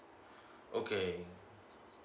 okay